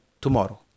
tomorrow